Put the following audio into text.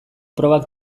probak